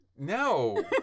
No